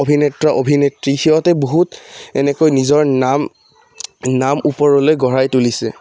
অভিনেঅ অভিনেত্ৰী সিহঁতে বহুত এনেকৈ নিজৰ নাম নাম ওপৰলৈ গঢ়াই তুলিছে